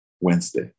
Wednesday